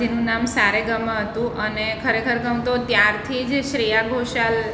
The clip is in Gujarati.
જેનું નામ સારેગામા હતું અને ખરેખર ગમતો ત્યારથી જ શ્રેયા ઘોષાલ